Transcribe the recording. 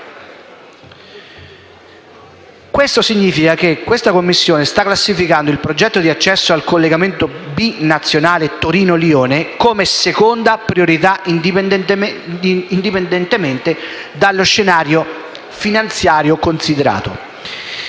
Ciò significa che questa Commissione sta classificando il progetto di accesso al collegamento binazionale Torino-Lione come seconda priorità indipendentemente dallo scenario finanziario considerato.